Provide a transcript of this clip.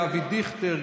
אבי דיכטר,